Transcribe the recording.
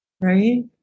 Right